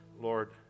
Lord